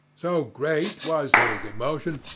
so great was his emotion,